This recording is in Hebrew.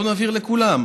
בואו נבהיר לכולם.